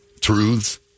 truths